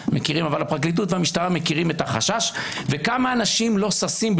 הפרקליטות והמשטרה מכירים את החשש ועד כמה אנשים לא ששים להגיע להתלונן,